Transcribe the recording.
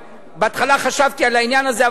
בהתחלה חשבתי על העניין הזה,